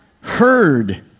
heard